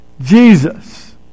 Jesus